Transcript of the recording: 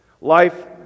Life